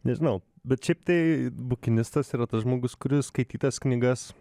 nežinau bet šiaip tai bukinistas yra tas žmogus kuris skaitytas knygas